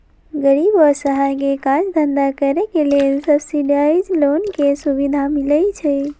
गरीब असहाय के काज धन्धा करेके लेल सब्सिडाइज लोन के सुभिधा मिलइ छइ